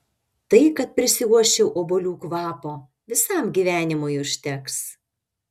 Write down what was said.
tai kad prisiuosčiau obuolių kvapo visam gyvenimui užteks